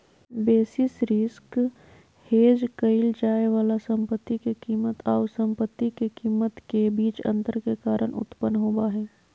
basis risk hedge क़इल जाय वाला संपत्ति के कीमत आऊ संपत्ति के कीमत के बीच अंतर के कारण उत्पन्न होबा हइ